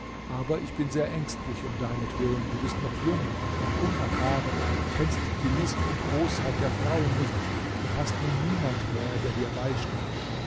aber ich bin sehr ängstlich um deinetwillen du bist noch jung und unerfahren kennst die list und bosheit der frauen nicht und hast nun niemand mehr der dir beisteht